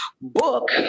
book